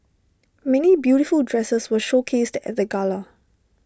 many beautiful dresses were showcased at the gala